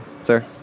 sir